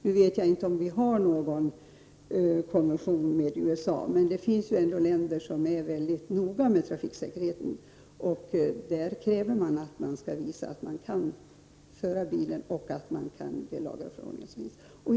Nu vet jag inte om vi har någon konvention med USA, men det finns ändå länder som är väldigt noga med trafiksäkerheten, där det krävs att man skall visa att man kan köra bil och att man känner till lagar och förordningar.